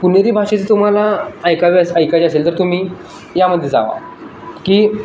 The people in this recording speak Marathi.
पुणेरी भाषा तुम्हाला ऐकावयास ऐकायचे असेल तर तुम्ही यामध्ये जावा की